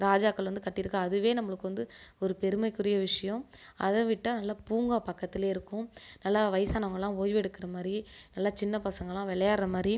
ராஜாக்கள் வந்து கட்டியிருக்கா அதுவே நம்பளுக்கு வந்து ஒரு பெருமைக்குரிய விஷயோம் அதை விட்டால் நல்ல பூங்கா பக்கத்துலேயிருக்கும் நல்லா வைசானவங்களெல்லாம் ஓய்வெடுக்கிற மாதிரி நல்ல சின்ன பசங்களெலாம் விளையாடுற மாதிரி